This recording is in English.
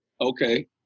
Okay